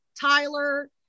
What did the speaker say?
Tyler